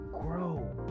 grow